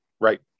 right